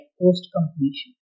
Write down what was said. post-completion